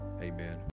Amen